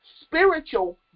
spiritual